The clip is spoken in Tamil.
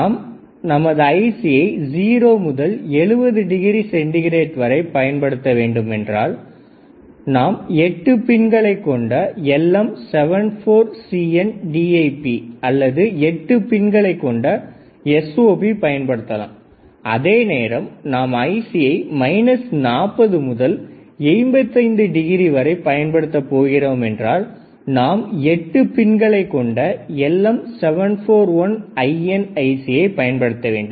நாம் நமது ஐசியை ஜீரோ முதல் 70 டிகிரி சென்டிகிரேட் வரை பயன்படுத்த வேண்டுமென்றால் நாம் எட்டு பின்களை கொண்ட LM74CN DIPஅல்லது எட்டுப் பின்களை கொண்ட SOPஐ பயன்படுத்தலாம் அதேநேரம் நாம் ஐசியை 40 முதல் 85 டிகிரி வரை பயன்படுத்தப் போகிறோம் என்றால் நாம் 8 பின்களை கொண்ட LM741IN ஐசியை பயன்படுத்த வேண்டும்